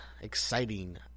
Exciting